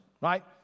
right